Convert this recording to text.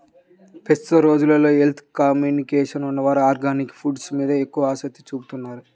ప్రస్తుత రోజుల్లో health conscious ఉన్నవారు ఆర్గానిక్ ఫుడ్స్ మీద ఎక్కువ ఆసక్తి చూపుతున్నారు